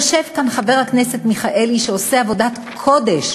יושב כאן חבר הכנסת מיכאלי, שעושה עבודת קודש